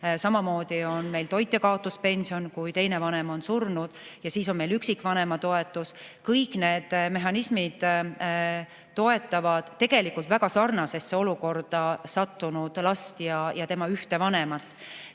Samuti on meil toitjakaotuspension, kui teine vanem on surnud, ja siis on meil üksikvanema toetus. Kõik need mehhanismid toetavad tegelikult väga sarnasesse olukorda sattunud last ja tema ühte vanemat.